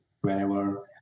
Whenever